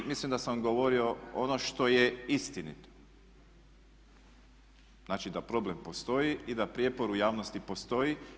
Mislim da sam govorio ono što je istinito, znači da problem postoji i da prijepor u javnosti postoji.